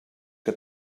que